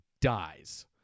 dies